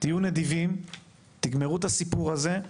תהיו נדיבים תגמרו את הסיפור הזה,